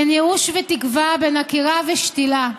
בין ייאוש ותקווה, בין עקירה ושתילה.